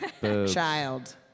Child